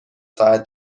ساعت